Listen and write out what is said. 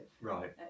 Right